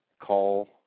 call